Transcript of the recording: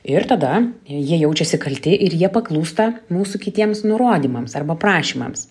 ir tada jie jaučiasi kalti ir jie paklūsta mūsų kitiems nurodymams arba prašymams